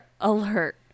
alert